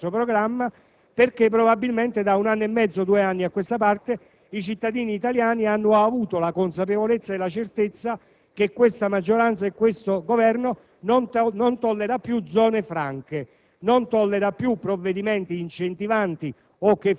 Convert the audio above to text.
extragettito, di possibilità di interventi non previsti nel programma perché probabilmente da un anno e mezzo o da due anni a questa parte i cittadini italiani hanno avuto la consapevolezza e la certezza che questa maggioranza e questo Governo non tollerano più zone franche,